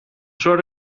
sort